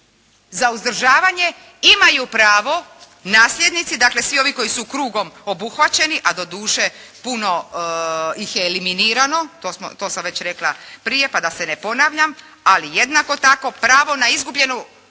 Za uzdržavanje imaju pravo nasljednici dakle svi ovi koji su krugom obuhvaćeni a doduše puno ih je eliminirano, to sam već rekla prije pa da se ne ponavljam. Ali jednako tako pravo na uzdržavanje